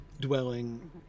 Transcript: dwelling